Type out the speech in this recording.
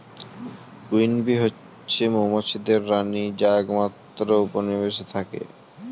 queen bee হচ্ছে মৌমাছিদের রানী যেই একমাত্র যে উপনিবেশে থাকে